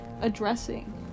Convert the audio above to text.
addressing